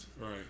right